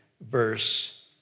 verse